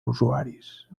usuaris